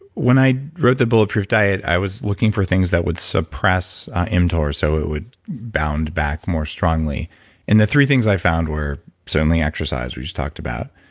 when i wrote the bulletproof diet, i was looking for things that would suppress mtor so it would bound back more strongly and the three things i found were certainly, exercise, we just talked about.